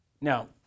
Now